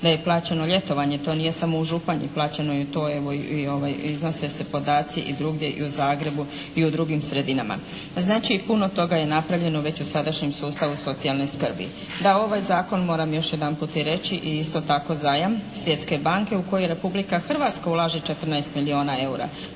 da je plaćeno ljetovanje. To nije samo u Županji, plaćeno je to evo i iznose se podaci i drugdje i u Zagrebu i u drugim sredinama. Znači puno toga je napravljeno, već u sadašnjem sustavu socijalne skrbi. Da ovaj Zakon moram još jedanput i reći i isto tako zajam Svjetske banke u kojoj Republika Hrvatska ulaže 14 milijona eura.